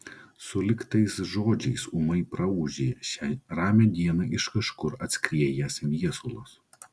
sulig tais žodžiais ūmai praūžė šią ramią dieną iš kažkur atskriejęs viesulas